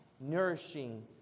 nourishing